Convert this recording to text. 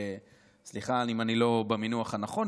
סליחה אם אני לא במינוח הנכון,